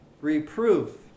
reproof